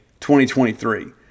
2023